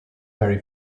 very